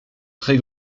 très